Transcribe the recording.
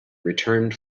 returned